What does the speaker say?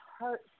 hurt